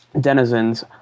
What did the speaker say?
denizens